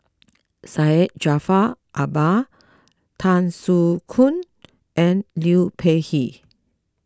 Syed Jaafar Albar Tan Soo Khoon and Liu Peihe